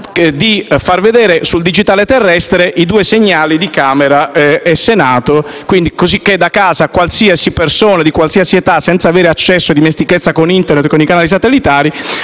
trasmettere sul digitale terrestre i due segnali di Camera e Senato, in modo che da casa qualsiasi persona di qualsiasi età che non avesse accesso o dimestichezza con Internet e con i canali satellitari